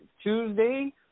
Tuesday